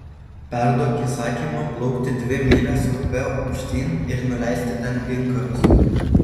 perduok įsakymą plaukti dvi mylias upe aukštyn ir nuleisti ten inkarus